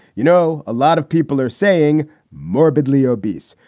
you know, a lot of people are saying morbidly obese.